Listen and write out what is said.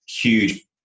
huge